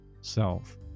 self